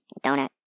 donut